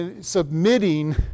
submitting